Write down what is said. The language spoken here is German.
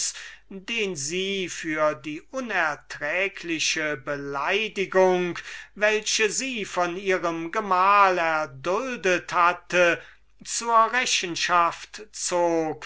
den sie für die unerträgliche beleidigung welche sie von ihrem gemahl erduldet hatte zur rechenschaft zog